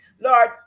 Lord